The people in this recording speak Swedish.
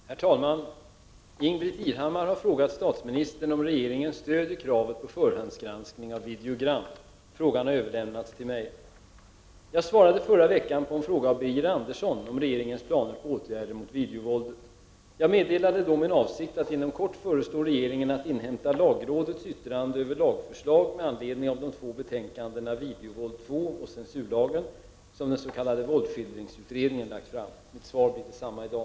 Herr talman! Ingbritt Irhammar har frågat statsministern om regeringen stödjer kravet på förhandsgranskning av videogram. Frågan har överlämnats till mig. Jag svarade förra veckan på en fråga av Birger Andersson om regeringens planer på åtgärder mot videovåldet. Jag meddelade då min avsikt att inom kort föreslå regeringen att inhämta lagrådets yttrande över lagförslag med Mitt svar blir detsamma i dag.